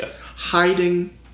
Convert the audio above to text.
Hiding